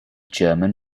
german